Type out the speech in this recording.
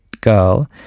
girl